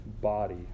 body